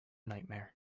nightmare